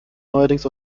neuerdings